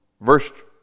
Verse